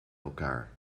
elkaar